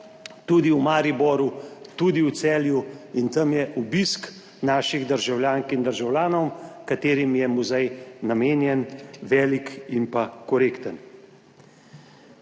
tudi v Mariboru, tudi v Celju in tam je obisk naših državljank in državljanov, katerim je muzej namenjen, velik in pa korekten.